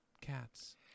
cats